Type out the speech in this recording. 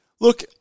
look